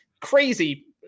crazy